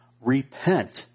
Repent